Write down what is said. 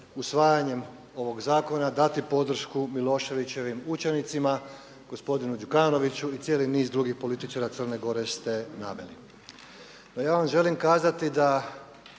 usvajanjem ovog zakona dati podršku Miloševićevim učenicima, gospodinu Đukanoviću i cijeli niz drugih političara Crne Gore ste naveli. No, ja vam želim kazati da